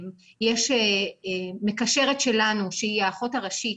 יש מקשרת שלנו, שהיא האחות הראשית